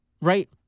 right